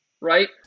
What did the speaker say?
right